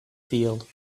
field